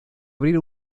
abrir